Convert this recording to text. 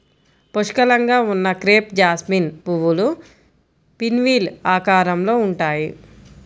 పుష్కలంగా ఉన్న crepe jasmine పువ్వులు పిన్వీల్ ఆకారంలో ఉంటాయి